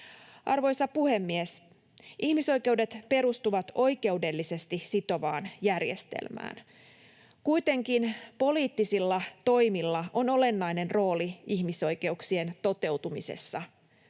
Arvoisa puhemies! Ihmisoikeudet perustuvat oikeudellisesti sitovaan järjestelmään, kuitenkin poliittisilla toimilla on olennainen rooli ihmisoikeuksien toteutumisessa.